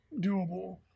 doable